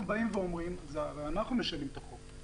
אנחנו באים ואומרים הרי אנחנו משנים את החוק,